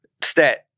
stat